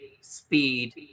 speed